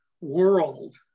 world